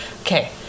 okay